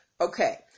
Okay